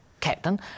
captain